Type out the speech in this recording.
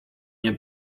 nie